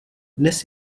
dnes